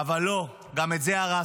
אבל לא, גם את זה הרסתם.